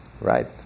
right